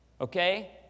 Okay